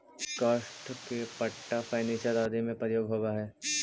काष्ठ के पट्टा फर्नीचर आदि में प्रयोग होवऽ हई